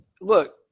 look